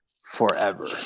forever